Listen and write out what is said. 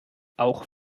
auch